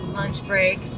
lunch break.